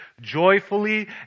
joyfully